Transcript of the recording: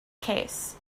case